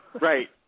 Right